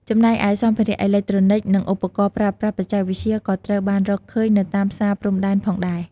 ចំណែកឯ សម្ភារៈអេឡិចត្រូនិក និងឧបករណ៍ប្រើប្រាស់បច្ចេកវិទ្យា ក៏ត្រូវបានរកឃើញនៅតាមផ្សារព្រំដែនផងដែរ។